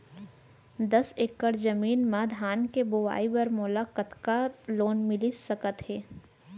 दस एकड़ जमीन मा धान के बुआई बर मोला कतका लोन मिलिस सकत हे?